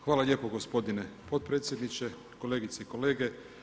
Hvala lijepo gospodine potpredsjedniče, kolegice i kolege.